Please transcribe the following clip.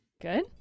good